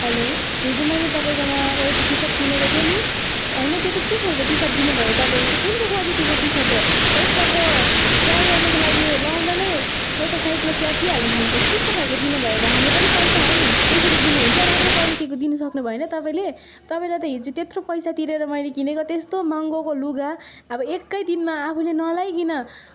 hello हिजो मैले तपाईँकोमा एउटा टी सर्ट किनेको थिएँ नि होइन त्यो त के खालको टी सर्ट दिनुभयो तपाईँले कुन चाहिँ क्वालिटीको टी सर्ट हो एकपल्ट ट्राई गर्नुको लागि लगाउँदा नै यता साइडमा च्यातिहाल्ने खालको कस्तो खालको दिनुभएको हाम्रो पनि पैसा हो नि त्यसरी दिनु हुन्छ राम्रो क्वालिटीको दिनु सक्नुभएन तपाईँले तपाईँले त हिजो त्यत्रो पैसा तिरेर मैले किनेको त्यस्तो महँगोको लुगा अब एकै दिनमा आफूले नलाइकन